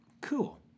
Cool